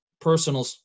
personal